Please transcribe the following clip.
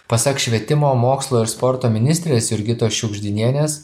pasak švietimo mokslo ir sporto ministrės jurgitos šiugždinienės